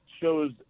shows